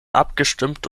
abgestimmt